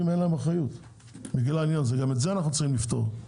גם את זה אנחנו צריכים לפתור.